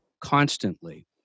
constantly